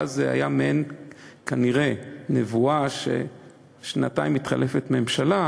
ואז זו כנראה הייתה מעין נבואה שאחרי שנתיים מתחלפת ממשלה,